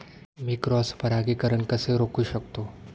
मी cross परागीकरण कसे रोखू शकतो?